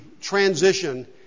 transition